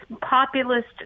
populist